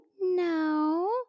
No